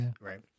right